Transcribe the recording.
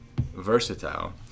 versatile